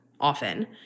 often